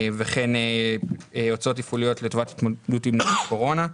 וכן הוצאות תפעוליות לטובת ההתמודדות עם הקורונה.